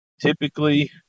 Typically